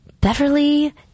Beverly